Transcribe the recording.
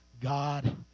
God